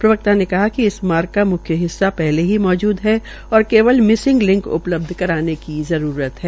प्रवक्ता ने बताया कि इस मार्ग का म्ख्य हिस्सा पहले ही मौजूद है और केवल मिसिंग लिंक उपलब्ध कराने की जरूरत है